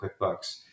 QuickBooks